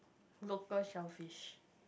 local shellfish